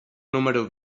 número